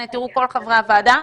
הנה תראו כל חברי הוועדה,